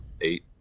eight